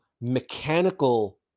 mechanical